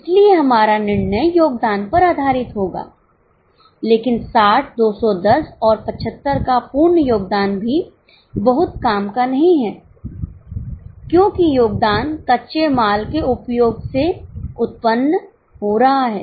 इसलिए हमारा निर्णय योगदान पर आधारित होगा लेकिन 60 210 और 75 का पूर्ण योगदान भी बहुत काम का नहीं है क्योंकियोगदान कच्चे माल के उपयोग से उत्पन्न हो रहा है